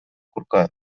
курка